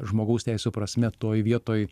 žmogaus teisių prasme toj vietoj